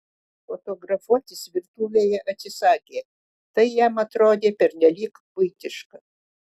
fotografuotis virtuvėje atsisakė tai jam atrodė pernelyg buitiška